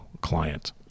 client